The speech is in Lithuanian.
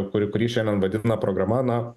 kurį kurį šiandien vadina programa na